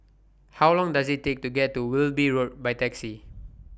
How Long Does IT Take to get to Wilby Road By Taxi